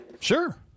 Sure